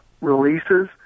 releases